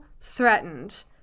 threatened